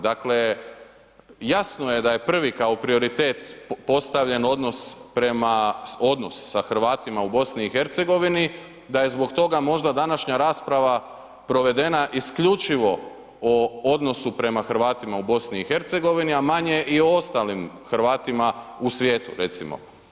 Dakle, jasno je da je prvi kao prioritet postavljen odnos, odnos sa Hrvatima u BiH da je zbog toga možda današnja rasprava provedena isključivo o odnosu prema Hrvatima u BiH, a manje i o ostalim Hrvatima u svijetu recimo.